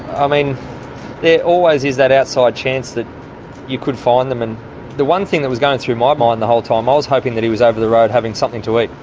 i mean there always is that outside chance that you could find them. and the one thing that was going through um ah and the whole time i was hoping that he was over the road having something to eat.